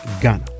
Ghana